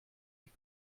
wie